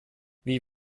wie